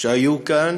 שהיו כאן